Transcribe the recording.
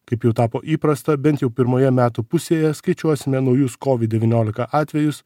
kaip jau tapo įprasta bent jau pirmoje metų pusėje skaičiuosime naujus kovid devyniolika atvejus